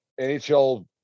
nhl